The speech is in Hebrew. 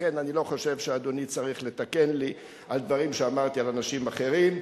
לכן אני לא חושב שאדוני צריך לתקן לי על דברים שאמרתי על אנשים אחרים.